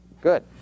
Good